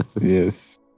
Yes